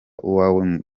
uwawe